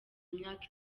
imyaka